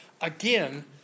again